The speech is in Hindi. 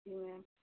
जी मैम